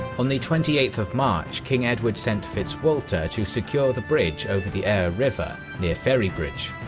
on the twenty eighth of march king edward sent fitzwalter to secure the bridge over the aire river, near ferrybridge.